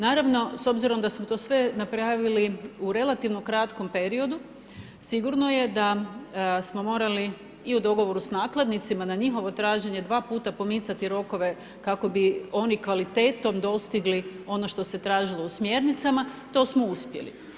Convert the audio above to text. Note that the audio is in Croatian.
Naravno, s obzirom da su to sve napravili u relativnom kratkom periodu, sigurno da smo morali i u dogovoru s nakladnicima, na njihovo traženje, 2 puta pomicati rokove, kako bi oni kvalitetom dostigli, ono što se tražilo u smjernicama, to smo uspjeli.